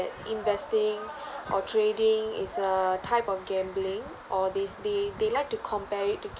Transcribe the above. investing or trading is a type of gambling or they they they like to compare it to